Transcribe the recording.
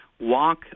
walk